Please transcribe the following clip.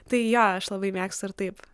tai jo aš labai mėgstu ir taip